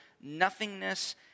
nothingness